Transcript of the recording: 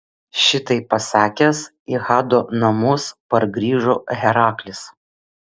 šitai pasakęs į hado namus pargrįžo heraklis